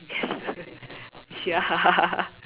ya